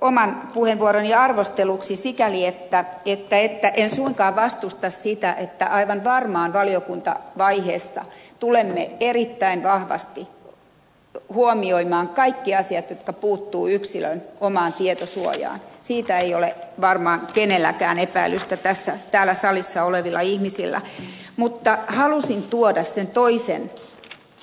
oman puheenvuoroni arvosteluksi sikäli että itä että en suinkaan vastusta sitä että aivan varmaan valiokunta vaiheessa se tulee erittäin vahvasti kop huomioimaan kaikki asiat jotka puuttuu yksilön omaan tietosuojaan siitä ei ole varmaan kenelläkään epäilystä pääse täällä salissa olevilla ihmisillä mutta halusin tuoda sen toisen